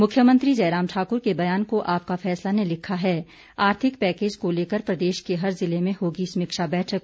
मुख्यमंत्री जयराम ठाक्र के बयान को आपका फैसला ने लिखा है आर्थिक पैकेज को लेकर प्रदेश के हर जिले में होगी समीक्षा बैठक